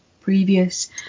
previous